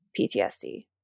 PTSD